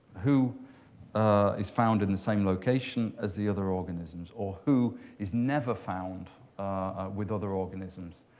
who ah is found in the same location as the other organisms? or who is never found with other organisms?